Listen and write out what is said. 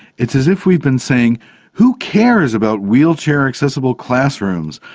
it's as if we've been saying who cares about wheelchair accessible classrooms?